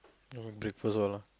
you make breakfast all ah